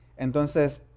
Entonces